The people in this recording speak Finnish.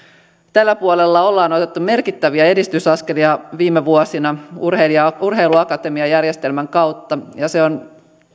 tällä puolella on otettu merkittäviä edistysaskelia viime vuosina urheiluakatemiajärjestelmän kautta ja se on